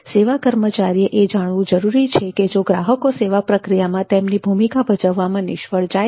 સેવા કર્મચારીએ એ જાણવું જરૂરી છે કે જો ગ્રાહકો સેવા પ્રક્રિયામાં તેમની ભૂમિકા ભજવવામાં નિષ્ફળ જાય છે